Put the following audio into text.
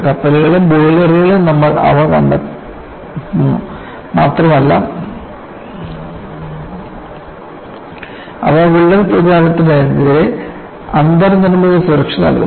കപ്പലുകളിലും ബോയിലറുകളിലും നമ്മൾ അവ കണ്ടെത്തുന്നു മാത്രമല്ല അവ വിള്ളൽ പ്രചാരണത്തിനെതിരെ അന്തർനിർമ്മിത സുരക്ഷ നൽകുന്നു